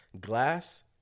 Glass